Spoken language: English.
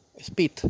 speed